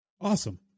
awesome